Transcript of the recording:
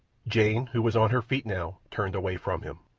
jane, who was on her feet now, turned away from him.